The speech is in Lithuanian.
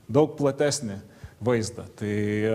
daug platesnį vaizdą tai